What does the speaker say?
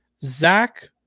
Zach